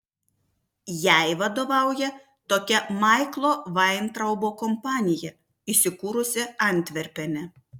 jai vadovauja tokia maiklo vaintraubo kompanija įsikūrusi antverpene